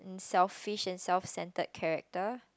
and selfish and self centered character